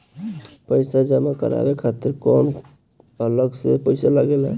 पईसा जमा करवाये खातिर कौनो अलग से पईसा लगेला?